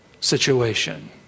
situation